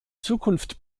zukunft